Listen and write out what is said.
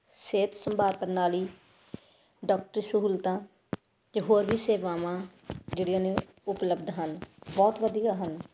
ਸਿਹਤ ਸੰਭਾਲ ਪ੍ਰਣਾਲੀ ਡਾਕਟਰੀ ਸਹੂਲਤਾਂ ਅਤੇ ਹੋਰ ਵੀ ਸੇਵਾਵਾਂ ਜਿਹੜੀਆਂ ਨੇ ਉਪਲੱਬਧ ਹਨ ਬਹੁਤ ਵਧੀਆ ਹਨ